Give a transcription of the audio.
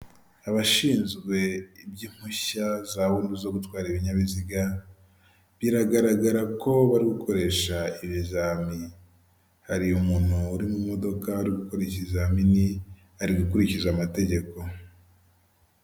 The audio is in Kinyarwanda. Nta muntu utagira inzozi zo kuba mu nzu nziza kandi yubatse neza iyo nzu iri mu mujyi wa kigali uyishaka ni igihumbi kimwe cy'idolari gusa wishyura buri kwezi maze nawe ukibera ahantu heza hatekanye.